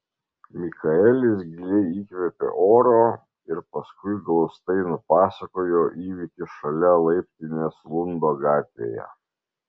mikaelis giliai įkvėpė oro ir paskui glaustai nupasakojo įvykį šalia laiptinės lundo gatvėje